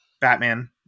Batman